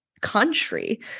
country